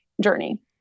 journey